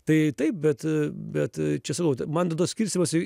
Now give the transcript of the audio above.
tai taip bet bet čia sakau man tai tas skirstymas į